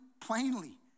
plainly